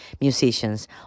musicians